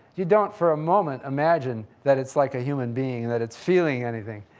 you don't for a moment imagine that it's like a human being, that it's feeling anything.